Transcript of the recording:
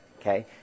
Okay